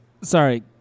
Sorry